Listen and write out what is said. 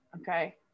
okay